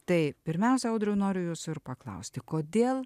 tai pirmiausia audriau noriu jūsų ir paklausti kodėl